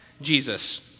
Jesus